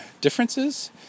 differences